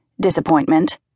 disappointment